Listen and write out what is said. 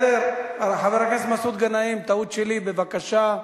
חבר הכנסת מסעוד גנאים, טעות שלי, בבקשה.